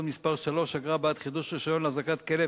מס' 3) (אגרה בעד חידוש רשיון להחזקת כלב